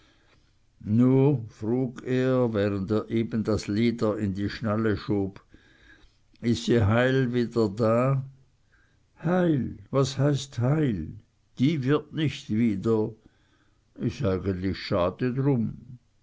während er eben das leder in die schnalle schob is sie heil wieder da heil was heißt heil die wird nich wieder is eigentlich schade drum